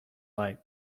light